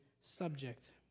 subject